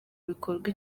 bikorwa